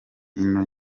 ino